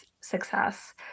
success